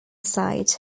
side